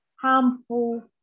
harmful